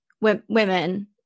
women